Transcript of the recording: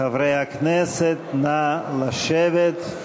חברי הכנסת, נא לשבת.